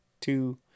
two